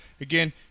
again